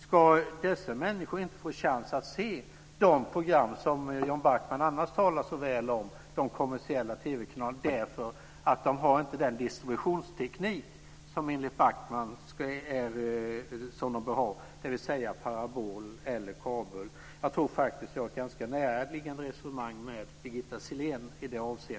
Ska dessa människor inte få chansen att se de program som Jan Backman annars talar så väl om i de kommersiella TV-kanalerna därför att de inte har den distributionsteknik som de enligt Jan Backman bör ha, dvs. parabol eller kabel? Jag tror att mitt resonemang i det avseendet är näraliggande Birgitta Selléns.